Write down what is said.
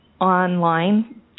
online